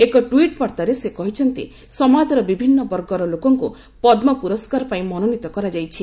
ଏକ ଟୁଇଟ୍ ବାର୍ତ୍ତାରେ ସେ କହିଛନ୍ତି ସମାଜର ବିଭିନ୍ନ ବର୍ଗର ଲୋକଙ୍କୁ ପଦ୍ମ ପୁରସ୍କାର ପାଇଁ ମନୋନୀତ କରାଯାଇଛି